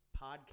podcast